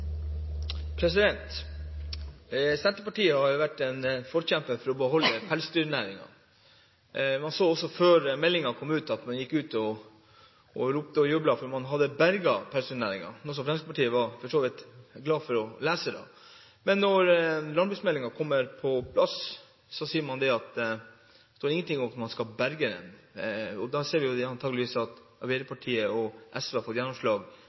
Senterpartiet har vært en forkjemper for å beholde pelsdyrnæringen. Før meldingen kom, gikk man ut og ropte og jublet fordi man hadde berget pelsdyrnæringen, noe som Fremskrittspartiet for så vidt var glad for å lese. Men i landbruksmeldingen som kom på plass, står det ingenting om at man skal berge denne næringen, og da er det antakeligvis sånn at Arbeiderpartiet og SV med sine midler har fått gjennomslag